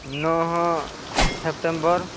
ନଅ ସେପ୍ଟେମ୍ବର